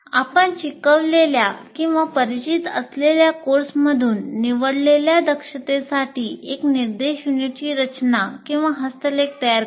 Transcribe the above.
आपण शिकवलेल्या किंवा परिचित असलेल्या कोर्समधून निवडलेल्या दक्षतेसाठी एक निर्देश युनिटची रचना किंवा हस्तलेख तयार करा